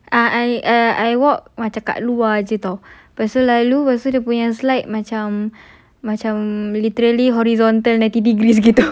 ah I err I walk macam kat luar itu literally horizontal ninety degrees